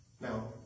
Now